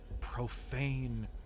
profane